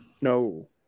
No